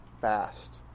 fast